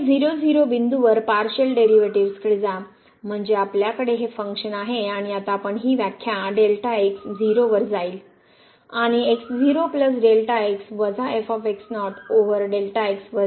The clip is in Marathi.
पुढे बिंदूवर पारशिअल डेरिव्हेटिव्ह्जकडे जा म्हणजे आपल्याकडे हे फंक्शन आहे आणि आता आपण ही व्याख्या 0 वर जाईल आणि वजा ओवर वर जाईल